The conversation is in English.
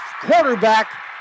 quarterback